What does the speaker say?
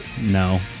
No